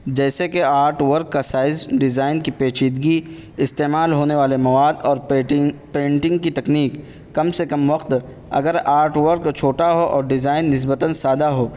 جیسے کہ art work کا سائز ڈیزائن کی پیچیدگی استعمال ہونے والے مواد اور پیٹنگ پینٹنگ کی تکنیک کم سے کم وقت اگر آرٹ ورک چھوٹا ہو اور ڈیزائن نسبتاً سادہ ہو